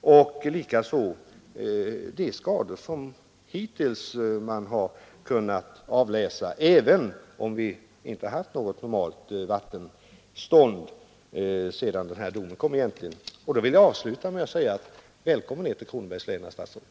och att han får möjlighet att besiktiga de skador som redan har uppstått, även om en del av förklaringen till dem är att vi egentligen inte har haft något normalt vattenstånd sedan domen föll. Välkommen alltså ner till Kronobergs län, herr statsråd!